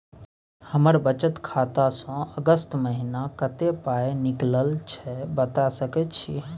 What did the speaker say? हमर बचत खाता स अगस्त महीना कत्ते पाई निकलल छै बता सके छि?